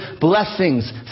blessings